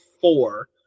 four